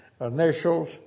initials